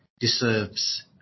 deserves